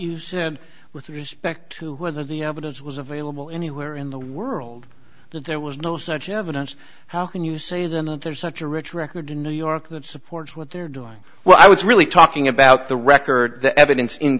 you said with respect to the evidence was available anywhere in the world that there was no such evidence how can you say then that there's such a rich record in new york that supports what they're doing well i was really talking about the record the evidence in